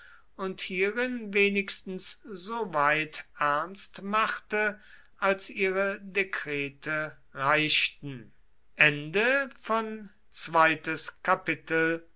und hierin wenigstens so weit ernst machte als ihre dekrete reichten